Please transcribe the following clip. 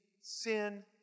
sin